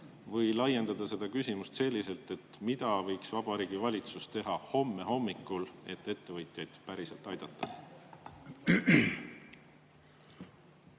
Või laiendaks seda küsimust selliselt: mida võiks Vabariigi Valitsus teha homme hommikul, et ettevõtjaid päriselt aidata?